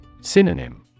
Synonym